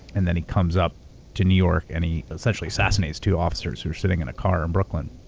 and then he comes up to new york, and he essentially assassinates two officers, who are sitting in a car in brooklyn.